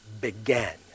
began